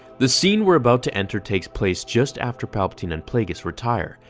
the scene we're about to enter takes place just after palpatine and plagueis retire.